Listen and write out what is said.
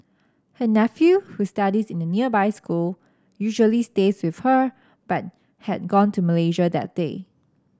her nephew who studies in a nearby school usually stays with her but had gone to Malaysia that day